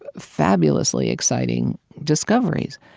fabulously exciting discoveries.